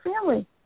family